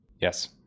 Yes